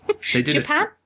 Japan